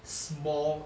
small